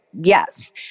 Yes